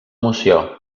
moció